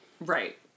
Right